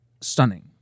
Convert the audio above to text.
stunning